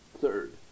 Third